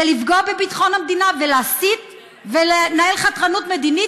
ולפגוע בביטחון המדינה ולהסית ולנהל חתרנות מדינית